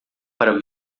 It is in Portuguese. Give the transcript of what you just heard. para